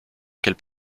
quelle